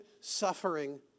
suffering